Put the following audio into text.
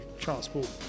transport